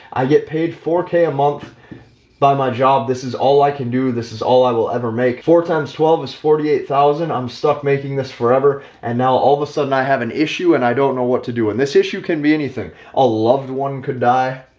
i get paid four k a month by my job, this is all i can do. this is all i will ever make four times twelve is forty eight thousand. i'm stuck making this forever. and now all of a sudden i have an issue and i don't know what to do. and this issue can be anything a loved one could die.